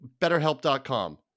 betterhelp.com